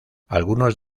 algunos